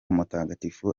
mutagatifu